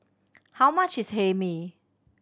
how much is Hae Mee